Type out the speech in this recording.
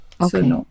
Okay